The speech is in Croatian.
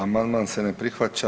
Amandman se ne prihvaća.